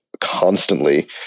constantly